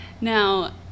Now